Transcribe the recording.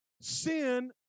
sin